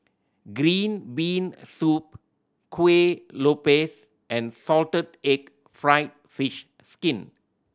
green bean soup Kuih Lopes and salted egg fried fish skin